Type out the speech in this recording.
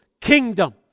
kingdom